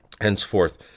Henceforth